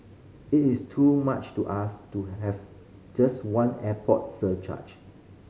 it is too much to ask to have just one airport surcharge